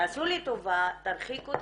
תרחיקו את